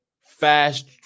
fast